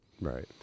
Right